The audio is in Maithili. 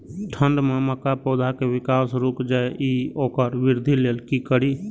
ठंढ में मक्का पौधा के विकास रूक जाय इ वोकर वृद्धि लेल कि करी?